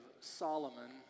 Solomon